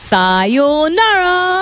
Sayonara